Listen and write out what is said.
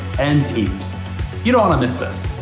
and teams. you don't want to miss this.